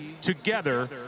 together